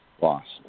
lost